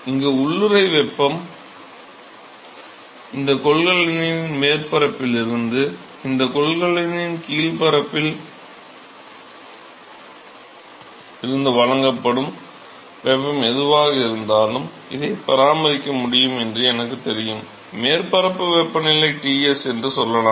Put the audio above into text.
இங்கு உள்ளூறை வெப்பம் இருப்பதால் இந்தக் கொள்கலனின் மேற்பரப்பிலிருந்து இந்தக் கொள்கலனின் கீழ்ப் பரப்பில் இருந்து வழங்கப்படும் வெப்பம் எதுவாக இருந்தாலும் இதைப் பராமரிக்க முடியும் என்று எனக்குத் தெரியும் மேற்பரப்பு வெப்பநிலை Ts என்று சொல்லலாம்